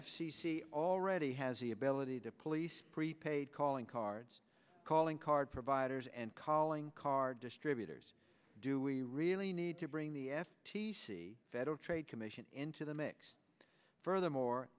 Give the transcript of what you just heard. c already has the ability to police prepaid calling cards calling card providers and calling card distributors do we really need to bring the f t c federal trade commission into the mix furthermore